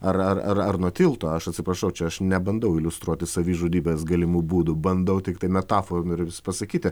ar ar ar ar nuo tilto aš atsiprašau čia aš nebandau iliustruoti savižudybės galimų būdų bandau tiktai metaforom ir vis pasakyti